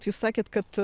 jūs sakėt kad